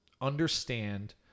understand